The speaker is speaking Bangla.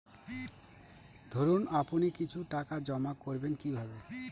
ধরুন আপনি কিছু টাকা জমা করবেন কিভাবে?